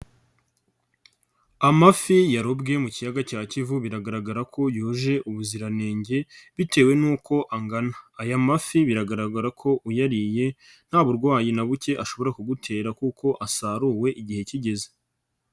Amafi yarobwe mu kiyaga cya Kivu biragaragara ko yujuje ubuziranenge bitewe n'uko angana, aya mafi biragaragara ko uyariye nta burwayi na buke ashobora kugutera kuko asaruwe igihe kigeze.